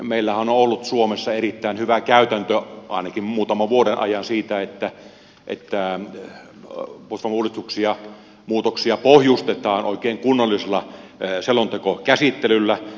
meillähän on ollut suomessa erittäin hyvä käytäntö ainakin muutaman vuoden ajan siitä että puolustusvoimauudistuksia muutoksia pohjustetaan oikein kunnollisella selontekokäsittelyllä